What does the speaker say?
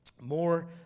More